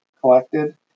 collected